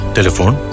Telephone